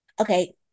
Okay